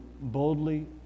boldly